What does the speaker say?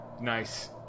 nice